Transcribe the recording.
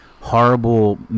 horrible